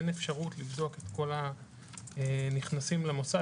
אין אפשרות לבדוק את כל הנכנסים למוסד,